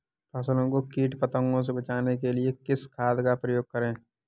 फसलों को कीट पतंगों से बचाने के लिए किस खाद का प्रयोग करें?